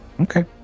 Okay